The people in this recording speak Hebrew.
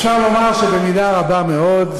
אפשר לומר שבמידה רבה מאוד,